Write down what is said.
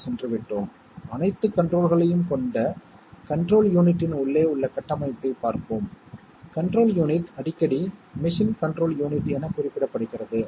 ஒரு குறிப்பிட்ட logic circuit அல்லது லாஜிக் கேட்களின் கலவையால் குறிப்பிடப்படும் சம் ஐப் பெறுகிறோம் அதை எப்படிப் பயன்படுத்துவது